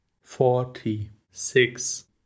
forty-six